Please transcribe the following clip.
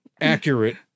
Accurate